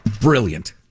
Brilliant